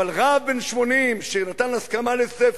אבל רב בן 80, שנתן הסכמה לספר,